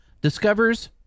discovers